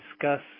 discuss